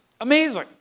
amazing